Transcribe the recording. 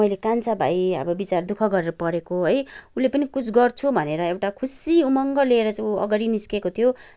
मैले कान्छा भाइ अब विचरा दुःख गरेर पढेको है उसले पनि कुछ गर्छु भनेर एउटा खुसी उमङ्ग लिएर चाहिँ उ अगाडि निस्केको थियो